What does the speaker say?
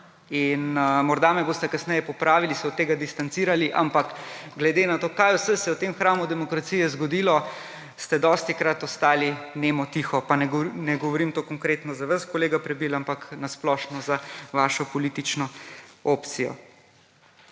Morda me boste kasneje popravili, se od tega distancirali, ampak glede na to, kaj vse se v tem hramu demokracije zgodilo, ste dostikrat ostali nemo, tiho. Pa ne govorim to konkretno za vas, kolega Prebil, ampak na splošno za vašo politično opcijo.